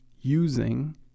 Using